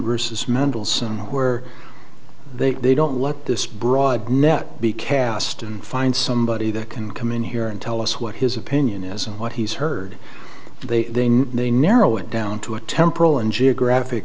versus mendelson where they they don't let this broad net be cast and find somebody that can come in here and tell us what his opinion is and what he's heard they may narrow it down to a temporal and geographic